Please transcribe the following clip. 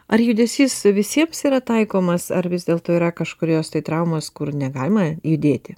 ar judesys visiems yra taikomas ar vis dėlto yra kažkurios tai traumos kur negalima judėti